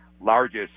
largest